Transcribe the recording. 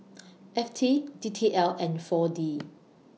F T D T L and four D